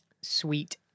sweet